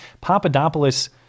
papadopoulos